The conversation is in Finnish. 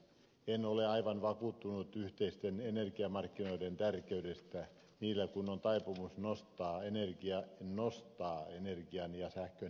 en ole aivan vakuuttunut yhteisten energiamarkkinoiden tärkeydestä niillä kun on taipumus nostaa energian ja sähkön hintaa